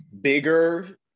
bigger